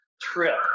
trip